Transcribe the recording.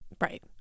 Right